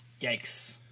yikes